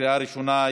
לקריאה ראשונה.